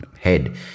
head